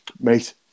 Mate